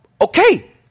Okay